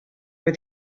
were